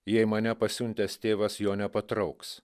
jei mane pasiuntęs tėvas jo nepatrauks